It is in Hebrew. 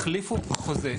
החליפו חוזה.